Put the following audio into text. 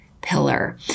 pillar